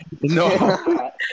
No